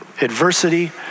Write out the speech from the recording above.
Adversity